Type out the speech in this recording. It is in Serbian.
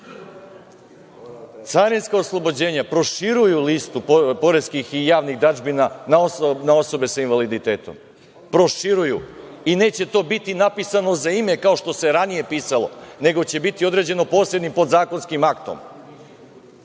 zna. Carinska oslobođenja, proširuju listu poreskih i javnih dažbina na osobe sa invaliditetom. Proširuju i neće to biti napisano za ime kao što se ranije pisalo, nego će biti određeno posebnim podzakonskim aktom. Ne